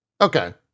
Okay